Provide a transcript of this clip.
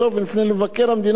ונפנה למבקר המדינה,